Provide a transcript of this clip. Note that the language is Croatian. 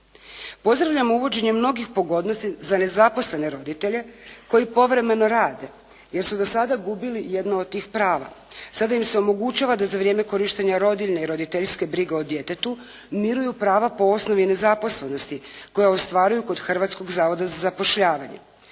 Pozdravljam uvođenje mnogih pogodnosti za nezaposlene roditelje koji povremeno rade, jer su do sada gubili jedno od tih prava. Sada im se omogućava da za vrijeme korištenja rodiljne i roditeljske brige o djetetu miruju prava po osnovi nezaposlenosti koje ostvaruju kod Hrvatskog zavoda za zapošljavanje.